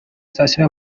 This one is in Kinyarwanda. sitasiyo